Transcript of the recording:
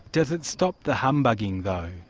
does it stop the humbugging though?